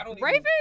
Raven